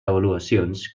avaluacions